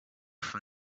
from